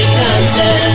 content